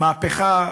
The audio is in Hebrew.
מהפכה,